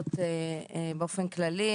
ההחלטות באופן כללי.